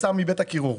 שיצא מבית הקירור.